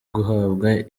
guhabwa